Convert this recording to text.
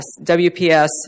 WPS